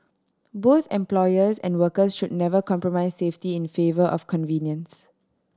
both employers and workers should never compromise safety in favour of convenience